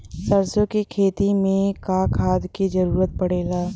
सरसो के खेती में का खाद क जरूरत पड़ेला?